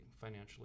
financially